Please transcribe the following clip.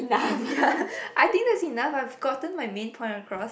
ya I think that's enough I've gotten my main point across